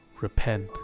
repent